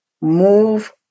Move